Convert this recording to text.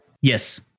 Yes